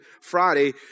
Friday